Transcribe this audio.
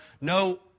no